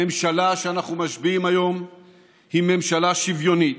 הממשלה שאנחנו משביעים היום היא ממשלה שוויונית,